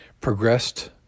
progressed